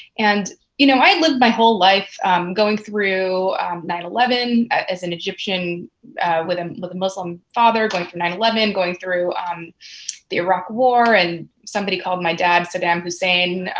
and you know i lived my whole life going through nine eleven as an egyptian with um with a muslim father going through nine eleven, going through the iraq war, and somebody called my dad saddam hussein,